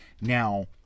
now